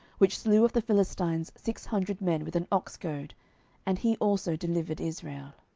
which slew of the philistines six hundred men with an ox goad and he also delivered israel.